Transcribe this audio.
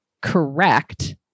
correct